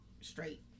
straight